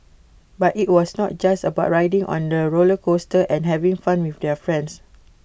but IT was not just about riding on the roller coaster and having fun with their friends